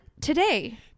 today